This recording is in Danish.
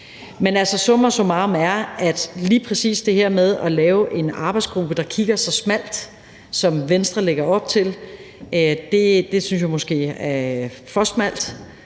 summa summarum: Det her med lige præcis at lave en arbejdsgruppe, der kigger så smalt på det – som Venstre lægger op til – synes jeg måske er for smalt,